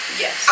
yes